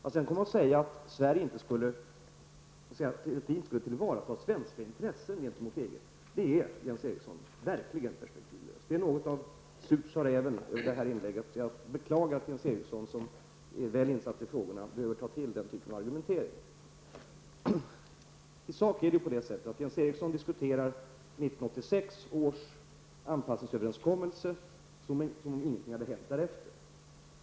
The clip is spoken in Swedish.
Att sedan komma och säga att regeringen inte skulle tillvarata svenska intressen gentemot EG är verkligen perspektivlöst, Jens Eriksson. Det var något av ''surt, sa räven'' över detta inlägg. Jag beklagar att Jens Eriksson, som är väl insatt i frågorna, behöver ta till den typen av argumentering. I sak förhåller det sig så, att Jens Eriksson diskuterar 1986 års anpassningsöverenskommelse som om ingenting hade hänt därefter.